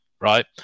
right